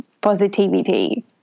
positivity